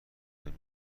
بین